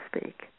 speak